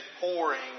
pouring